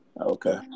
Okay